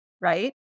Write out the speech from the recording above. right